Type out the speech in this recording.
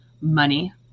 Money